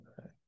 Okay